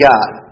God